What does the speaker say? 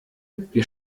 wir